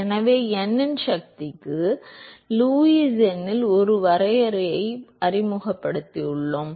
எனவே n இன் சக்திக்கு லூயிஸ் எண்ணில் ஒரு வரையறையை அறிமுகப்படுத்தியுள்ளேன்